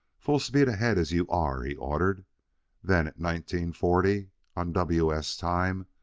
full speed ahead as you are, he ordered then at nineteen-forty on w s. time,